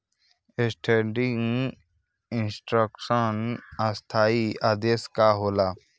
Standing instruction स्थाई आदेश का होला?